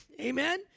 Amen